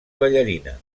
ballarina